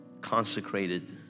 consecrated